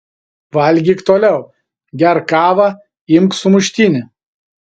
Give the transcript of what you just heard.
valgyk toliau gerk kavą imk sumuštinį